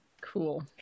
Cool